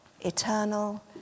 eternal